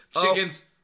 Chickens